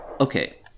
okay